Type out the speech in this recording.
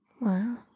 wow